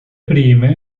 prime